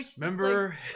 Remember